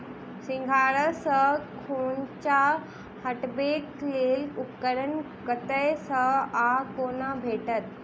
सिंघाड़ा सऽ खोइंचा हटेबाक लेल उपकरण कतह सऽ आ कोना भेटत?